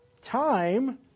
Time